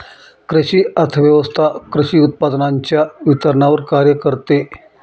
कृषी अर्थव्यवस्वथा कृषी उत्पादनांच्या वितरणावर कार्य करते